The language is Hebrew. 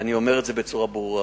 ואני אומר את זה בצורה ברורה.